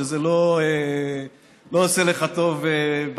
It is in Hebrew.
שזה לא עושה לך טוב בבטן.